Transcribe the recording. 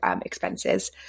expenses